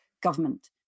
government